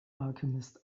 alchemist